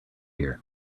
here